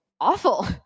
awful